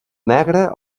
negre